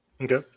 Okay